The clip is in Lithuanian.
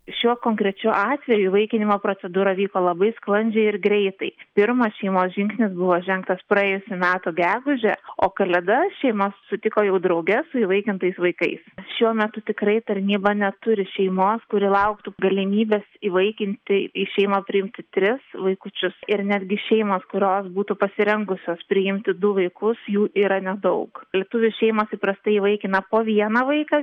šiuo konkrečiu atveju įvaikinimo procedūra vyko labai sklandžiai ir greitai pirmas šeimos žingsnis buvo žengtas praėjusių metų gegužę o kalėdas šeima sutiko jau drauge su įvaikintais vaikais šiuo metu tikrai tarnyba neturi šeimos kuri lauktų galimybės įvaikinti į šeimą priimti tris vaikučius ir netgi šeimos kurios būtų pasirengusios priimti du vaikus jų yra nedaug lietuvių šeimos įprastai įvaikina po vieną vaiką